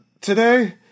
today